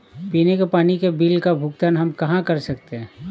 पीने के पानी का बिल का भुगतान हम कहाँ कर सकते हैं?